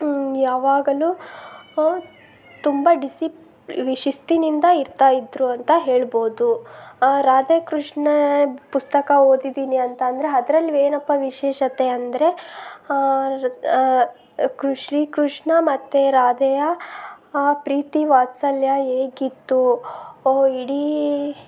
ಯಾವಾಗಲೂ ತುಂಬ ಡಿಸಿಪ್ ಶಿಸ್ತಿನಿಂದ ಇರ್ತಾ ಇದ್ದರು ಅಂತ ಹೇಳ್ಬೋದು ರಾಧೆ ಕೃಷ್ಣ ಪುಸ್ತಕ ಓದಿದ್ದೀನಿ ಅಂತ ಅಂದರೆ ಅದ್ರಲ್ ಏನಪ್ಪ ವಿಶೇಷತೆ ಅಂದರೆ ಕೃಷ್ಣ ಶ್ರೀಕೃಷ್ಣ ಮತ್ತು ರಾಧೆಯ ಆ ಪ್ರೀತಿ ವಾತ್ಸಲ್ಯ ಹೇಗಿತ್ತು ಇಡೀ